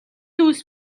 үйлс